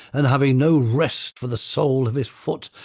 and having no rest for the sole of his foot,